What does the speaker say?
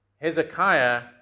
Hezekiah